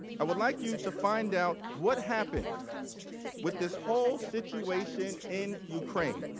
i would like you to find out what happened with this whole situation in ukraine.